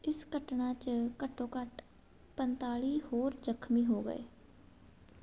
ਇਸ ਘਟਨਾ 'ਚ ਘੱਟੋਂ ਘੱਟ ਪੰਤਾਲੀ ਹੋਰ ਜ਼ਖਮੀ ਹੋ ਗਏ